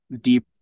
deep